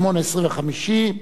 בשעה 08:25,